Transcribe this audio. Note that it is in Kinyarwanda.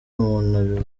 umuntu